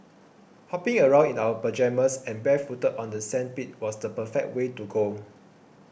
hopping around in our pyjamas and barefooted on the sandpit was the perfect way to go